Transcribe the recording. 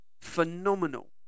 phenomenal